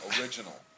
original